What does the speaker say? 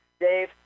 Dave